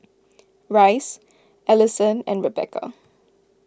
Rice Alisson and Rebeca